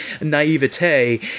naivete